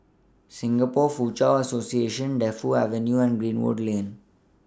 Singapore Foochow Association Defu Avenue and Greenwood Lane